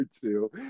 two